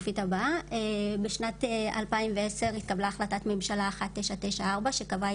בשנת 2010 התקבלה החלטת ממשלה מס' 1994 שקבעה